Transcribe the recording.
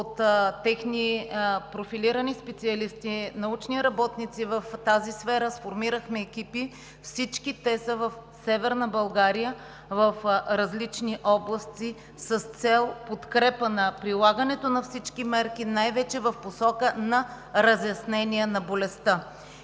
от техни профилирани специалисти, научни работници в тази сфера. Сформирахме екипи, всички в различни области на Северна България с цел подкрепа на прилагането на всички мерки, най-вече в посока на разяснения на болестта.